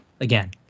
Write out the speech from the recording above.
Again